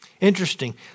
Interesting